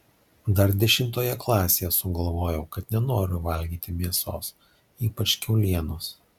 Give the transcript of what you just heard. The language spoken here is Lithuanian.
dar dešimtoje klasėje sugalvojau kad nenoriu valgyti mėsos ypač kiaulienos